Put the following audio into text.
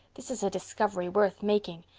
this is a discovery worth making.